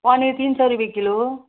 पनिर तिन सय रुप्पे किलो